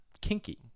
kinky